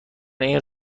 این